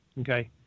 okay